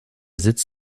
sitz